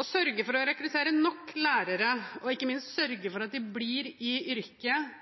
Å sørge for å rekruttere nok lærere og ikke minst sørge for at de blir i yrket,